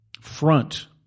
front